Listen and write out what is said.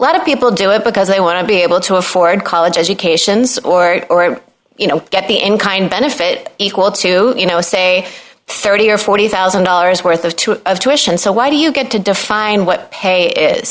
of people do it because they want to be able to afford college educations or or you know get the in kind benefit equal to you know say thirty or forty thousand dollars worth of two of tuition so why do you get to define what